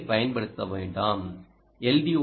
ஓவைப் பயன்படுத்த வேண்டாம் எல்